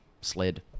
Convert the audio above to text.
sled